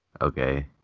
Okay